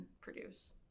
produce